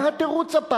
מה התירוץ הפעם?